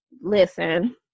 Listen